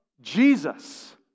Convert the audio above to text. Jesus